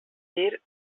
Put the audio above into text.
dir